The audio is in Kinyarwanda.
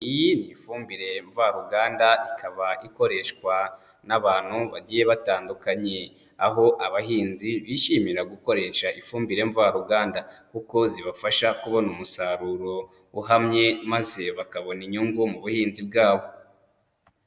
Iyi ni ifumbire mvaruganda ikaba ikoreshwa n'abantu bagiye batandukanye. Aho abahinzi bishimira gukoresha ifumbire mvaruganda kuko zibafasha kubona umusaruro uhamye maze bakabona inyungu mu buhinzi bwabo.